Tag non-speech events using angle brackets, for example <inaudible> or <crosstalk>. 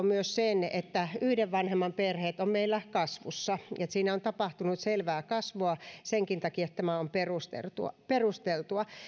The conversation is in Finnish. <unintelligible> myös sen että yhden vanhemman perheet on meillä kasvussa siinä on tapahtunut selvää kasvua senkin takia tämä on perusteltua perusteltua